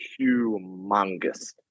humongous